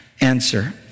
answer